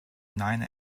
nine